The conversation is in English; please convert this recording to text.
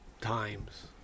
times